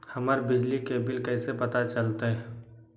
हमर बिजली के बिल कैसे पता चलतै?